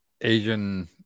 Asian